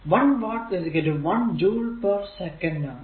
1 watt 1 joule per second ആണ്